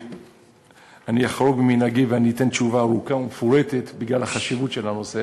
אני אחרוג ממנהגי ואתן תשובה ארוכה ומפורטת בגלל חשיבות הנושא